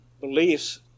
beliefs